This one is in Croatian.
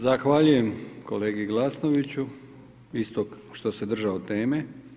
Zahvaljujem kolegi Glasnoviću isto što se držao teme.